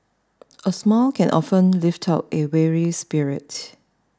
a smile can often lift up a weary spirit